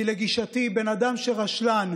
כי לגישתי בן אדם רשלן,